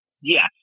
yes